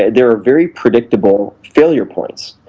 there are very predictable failure points,